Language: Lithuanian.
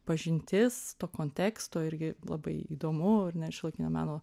pažintis to konteksto irgi labai įdomu ar ne šiuolaikinio meno